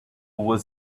was